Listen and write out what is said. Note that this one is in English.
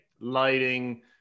Lighting